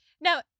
Now